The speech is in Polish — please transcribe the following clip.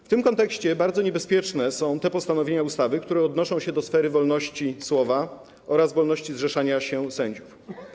W tym kontekście bardzo niebezpieczne są te postanowienia ustawy, które odnoszą się do sfery wolności słowa oraz wolności zrzeszania się sędziów.